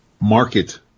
market